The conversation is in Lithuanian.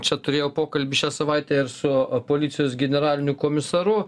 čia turėjau pokalbį šią savaitę ir su policijos generaliniu komisaru